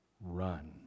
run